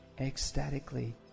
ecstatically